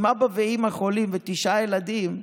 אם אבא ואימא חולים ותשעה ילדים,